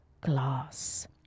glass